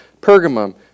Pergamum